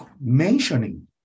mentioning